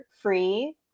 free